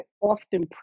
often